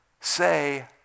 say